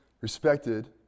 respected